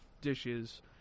dishes